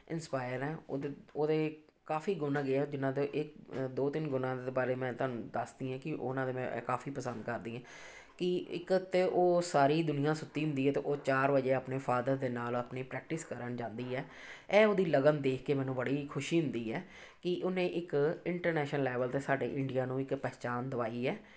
inspire ਹਾਂ ਉਹਦੇ ਉਹਦੇ ਕਾਫੀ ਗੁਣ ਹੈਗੇ ਹੈ ਜਿਹਨਾਂ ਦੇ ਇੱਕ ਦੋ ਤਿੰਨ ਗੁਣਾਂ ਦੇ ਬਾਰੇ ਮੈਂ ਤੁਹਾਨੂੰ ਦੱਸਦੀ ਹਾਂ ਕਿ ਉਹਨਾਂ ਦੇ ਮੈਂ ਕਾਫੀ ਪਸੰਦ ਕਰਦੀ ਹਾਂ ਕਿ ਇੱਕ ਤਾਂ ਉਹ ਸਾਰੀ ਦੁਨੀਆਂ ਸੁੱਤੀ ਹੁੰਦੀ ਹੈ ਅਤੇ ਉਹ ਚਾਰ ਵਜੇ ਆਪਣੇ ਫਾਦਰ ਦੇ ਨਾਲ ਆਪਣੀ ਪ੍ਰੈਕਟਿਸ ਕਰਨ ਜਾਂਦੀ ਹੈ ਇਹ ਉਹਦੀ ਲਗਨ ਦੇਖ ਕੇ ਮੈਨੂੰ ਬੜੀ ਖੁਸ਼ੀ ਹੁੰਦੀ ਹੈ ਕਿ ਉਹਨੇ ਇੱਕ ਇੰਟਰਨੈਸ਼ਨਲ ਲੈਵਲ 'ਤੇ ਸਾਡੇ ਇੰਡੀਆ ਨੂੰ ਇੱਕ ਪਹਿਚਾਣ ਦਵਾਈ ਹੈ